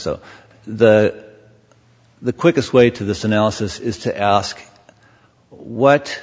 so the the quickest way to this analysis is to ask what